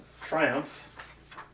triumph